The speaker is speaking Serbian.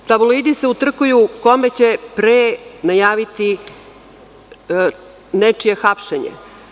Tabloidi se utrkuju ko će pre najaviti nečije hapšenje.